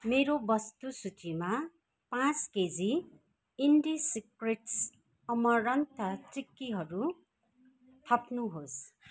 मेरो वस्तु सूचीमा पाँच केजी इन्डिसिक्रेट्स अमरन्थ चिक्कीहरू थप्नुहोस्